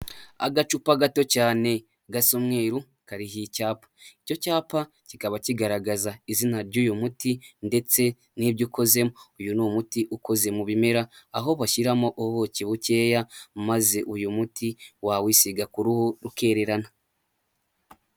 Agacupa gato cyane gasa umweru hakaba hariho icyapa, icyo cyapa kikaba kigaragaza izina ry'uyu muti, ndetse n'ibyo ukozemo, uyu ni umuti ukoze mu bimera aho bashyiramo ubuki bukeya maze uyu muti wawisiga ku ruhu rukererana.